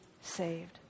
saved